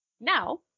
Now